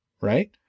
right